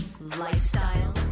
lifestyle